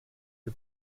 you